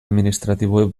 administratiboek